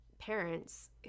parents